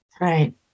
Right